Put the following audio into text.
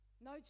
no